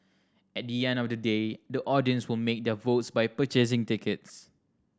at the end of the day the audience will make their votes by purchasing tickets